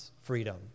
freedom